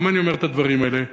למה אני אומר את הדברים האלה?